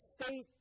state